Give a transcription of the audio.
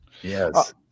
Yes